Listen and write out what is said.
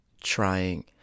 trying